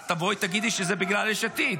את תבואי, תגידי שזה בגלל יש עתיד.